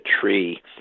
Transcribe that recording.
tree